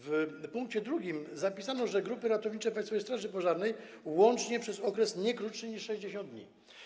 W pkt 2 zapisano: „grupy ratowniczej Państwowej Straży Pożarnej, łącznie przez okres nie krótszy niż 60 dni”